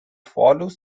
follows